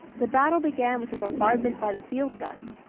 the battle began with a bombardment by the field guns.